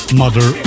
mother